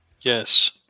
yes